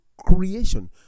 creation